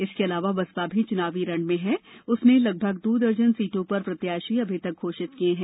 इसके अलावा बसपा भी चुनावी रण में है और उसने लगभग दो दर्जन सीटों पर प्रत्याशी अभी तक घोषित किए हैं